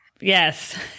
Yes